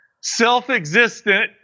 self-existent